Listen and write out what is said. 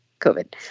COVID